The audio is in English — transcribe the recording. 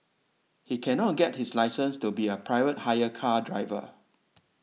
he cannot get his license to be a private hire car driver